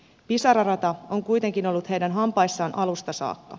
pisara rata on kuitenkin ollut heidän hampaissaan alusta saakka